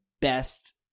best